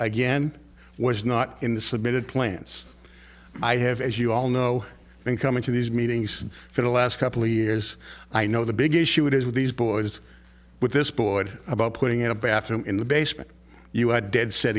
again was not in the submitted plans i have as you all know been coming to these meetings for the last couple of years i know the big issue it is with these boys with this board about putting in a bathroom in the basement you have dead set